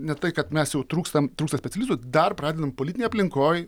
ne tai kad mes jau trūkstam trūksta specialistų dar pradedam politinėj aplinkoj